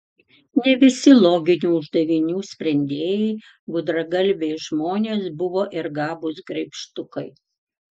ne visi loginių uždavinių sprendėjai gudragalviai žmonės buvo ir gabūs graibštukai